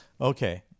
okay